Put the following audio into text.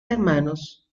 hermanos